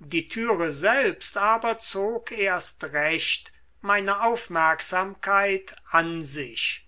die türe selbst aber zog erst recht meine aufmerksamkeit an sich